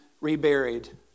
reburied